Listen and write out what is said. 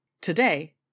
Today